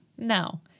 No